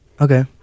okay